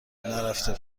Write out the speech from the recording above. نرفته